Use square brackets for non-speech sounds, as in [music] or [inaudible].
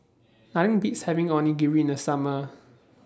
[noise] Nothing Beats having Onigiri in The Summer